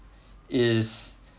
is